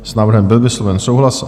S návrhem byl vysloven souhlas.